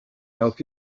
help